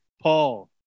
Paul